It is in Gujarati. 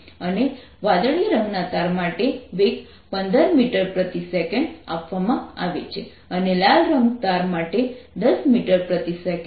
અને વાદળી રંગના તાર માટે વેગ 15 મીટર પ્રતિ સેકન્ડ આપવામાં આવે છે અને લાલ રંગના તાર માટે 10 મીટર પ્રતિ સેકન્ડ છે